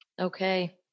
Okay